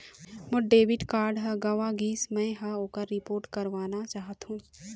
मोर debit card ह गंवा गिसे, मै ह ओकर रिपोर्ट करवाना चाहथों